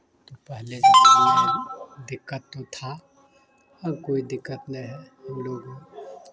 पहले के ज़माना में दिक्कत तो था अब कोई दिक्कत नहीं है हम लोग